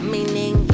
Meaning